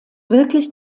wirklich